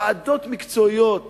ועדות מקצועיות